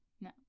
No